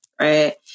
right